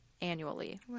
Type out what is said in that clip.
annually